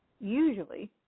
usually